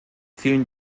vielen